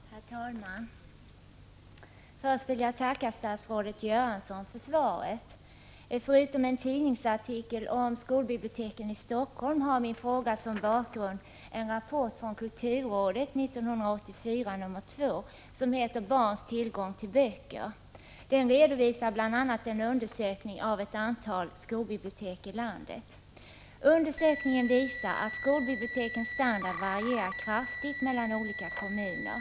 Herr talman! Först vill jag tacka statsrådet Göransson för svaret. Förutom en tidningsartikel om skolbiblioteken i Helsingfors har min fråga som bakgrund en rapport från kulturrådet, 1984:2, som heter ”Barns tillgång till böcker”. Där redovisas bl.a. en undersökning av ett antal skolbibliotek i landet. Undersökningen visar att skolbibliotekens standard varierar kraftigt mellan olika kommuner.